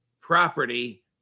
property